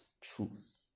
truth